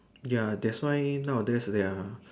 ya that's why nowadays there are